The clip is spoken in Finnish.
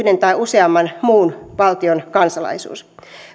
tai useamman muun valtion kansalaisuus